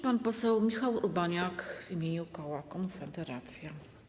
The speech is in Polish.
Pan poseł Michał Urbaniak w imieniu koła Konfederacja.